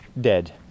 dead